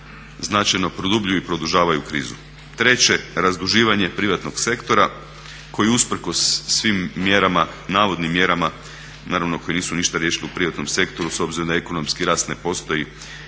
značajno produbljuju i produžavaju krizu. Treće, razduživanje privatnog sektora koji usprkos svim mjerama, navodnim mjerama, naravno koji nisu ništa riješili u privatnom sektoru s obzirom da ekonomski rast ne postoji